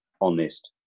honest